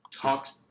talks